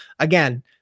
Again